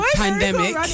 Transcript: pandemic